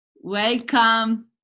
Welcome